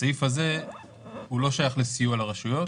הסעיף הזה לא שייך לסיוע לרשויות,